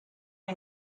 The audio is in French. les